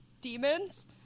demons